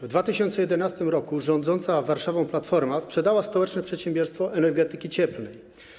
W 2011 r. rządząca Warszawą Platforma sprzedała Stołeczne Przedsiębiorstwo Energetyki Cieplnej.